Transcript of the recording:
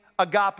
agape